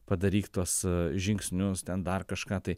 padaryk tuos žingsnius ten dar kažką tai